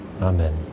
Amen